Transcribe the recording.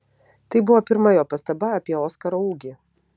tai buvo pirma jo pastaba apie oskaro ūgį